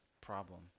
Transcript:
problem